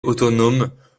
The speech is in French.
autonomes